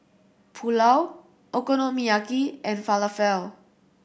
Pulao Okonomiyaki and Falafel